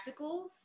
practicals